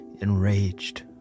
enraged